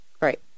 right